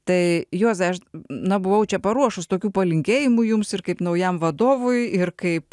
tai juozai aš na buvau čia paruošus tokių palinkėjimų jums ir kaip naujam vadovui ir kaip